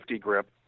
grip